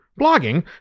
blogging